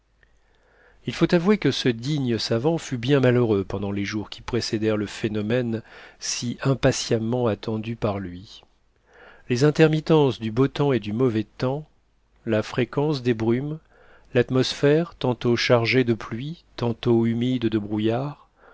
il faut avouer que ce digne savant fut bien malheureux pendant les jours qui précédèrent le phénomène si impatiemment attendu par lui les intermittences du beau temps et du mauvais temps la fréquence des brumes l'atmosphère tantôt chargée de pluie tantôt humide de brouillards